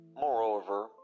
moreover